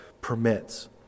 permits